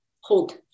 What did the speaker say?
hold